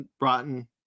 rotten